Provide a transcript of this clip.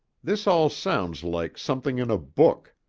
this all sounds like something in a book.